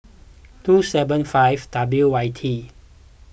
two seven five W Y T